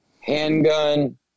Handgun